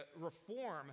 reform